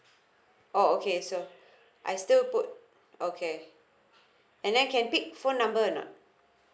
oh okay so I still put okay and then can pick phone number or not